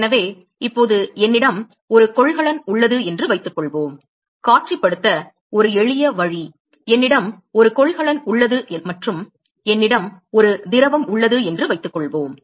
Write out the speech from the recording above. எனவே இப்போது என்னிடம் ஒரு கொள்கலன் உள்ளது என்று வைத்துக்கொள்வோம் காட்சிப்படுத்த ஒரு எளிய வழி என்னிடம் ஒரு கொள்கலன் உள்ளது மற்றும் என்னிடம் ஒரு திரவம் உள்ளது என்று வைத்துக்கொள்வோம்